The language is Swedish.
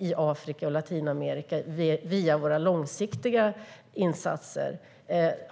i Afrika och i Latinamerika som vi i dag hjälper via våra långsiktiga insatser?